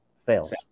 fails